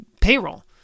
payroll